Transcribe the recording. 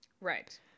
Right